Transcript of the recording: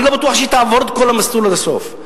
אני לא בטוח שהיא תעבור את כל המסלול עד הסוף,